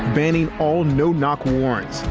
danny all no knock warrants.